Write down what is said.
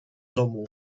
domu